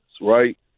right